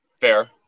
Fair